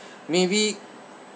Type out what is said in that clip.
maybe